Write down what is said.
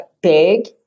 big